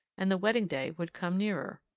and the wedding-day would come nearer.